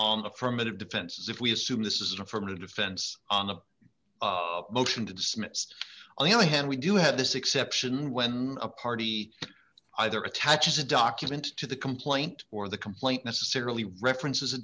on the ferment of defenses if we assume this is an affirmative defense on a motion to dismiss on the other hand we do have this exception when a party either attaches a document to the complaint or the complaint necessarily references a